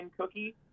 cookie